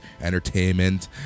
entertainment